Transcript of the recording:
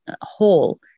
whole